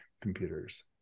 computers